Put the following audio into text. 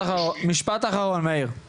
אז